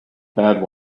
bad